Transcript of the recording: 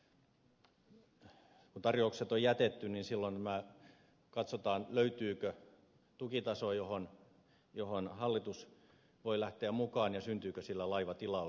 kun tarjoukset on jätetty niin silloin katsotaan löytyykö tukitaso johon hallitus voi lähteä mukaan ja syntyykö sillä laivatilaus